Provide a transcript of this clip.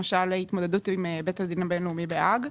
למשל ההתמודדות עם בית הדין הבין-לאומי בהאג.